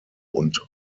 und